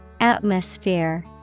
Atmosphere